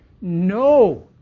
No